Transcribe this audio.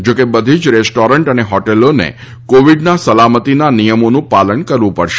જોકે બધી જ રેસ્ટોરન્ટ અને હોટેલોને કોવીડના સલામતીના નિયમોનું પાલન કરવું પડશે